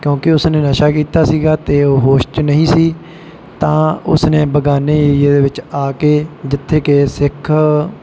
ਕਿਉਂਕਿ ਉਸ ਨੇ ਨਸ਼ਾ ਕੀਤਾ ਸੀਗਾ ਅਤੇ ਉਹ ਹੋਸ਼ 'ਚ ਨਹੀਂ ਸੀ ਤਾਂ ਉਸ ਨੇ ਬੇਗਾਨੇ ਏਰੀਏ ਦੇ ਵਿੱਚ ਆ ਕੇ ਜਿੱਥੇ ਕਿ ਸਿੱਖ